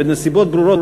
בנסיבות ברורות,